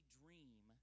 dream